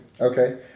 Okay